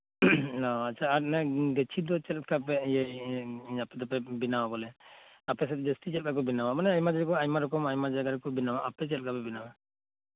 ᱚᱻ ᱟᱪᱪᱷᱟ ᱟᱨ ᱤᱱᱟᱹ ᱜᱟᱪᱷᱤ ᱫᱚ ᱪᱮᱫ ᱠᱟᱯᱮ ᱤᱭᱟᱹ ᱭᱟᱹ ᱟᱯᱮ ᱫᱚᱯᱮ ᱵᱮᱱᱟᱣᱟ ᱵᱚᱞᱮ ᱟᱯᱮᱥᱮᱫ ᱫᱚ ᱜᱟᱪᱷᱤ ᱪᱮᱜ ᱠᱟ ᱠᱚ ᱵᱮᱱᱟᱣᱟ ᱵᱚᱞᱮ ᱢᱟᱱᱮ ᱟᱭᱢᱟ ᱡᱟᱭᱜᱟᱨᱮ ᱟᱭᱢᱟ ᱨᱚᱠᱚᱢ ᱡᱟᱭᱜᱟ ᱨᱮᱠᱚ ᱵᱮᱱᱣᱟ ᱟᱯᱮ ᱪᱮᱫ ᱞᱮᱠᱟᱯᱮ ᱵᱮᱱᱟᱣᱟ